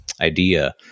idea